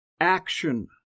action